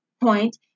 point